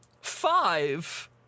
five